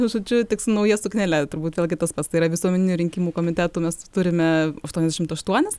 žodžiu tik su nauja suknele turbūt vėlgi tas pats tai yra visuomeninių rinkimų komitetų mes turime aštuoniasdešimt aštuonis